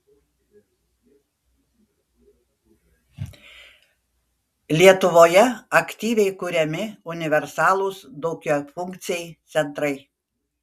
lietuvoje aktyviai kuriami universalūs daugiafunkciai centrai